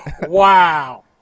Wow